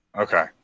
okay